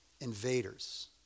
invaders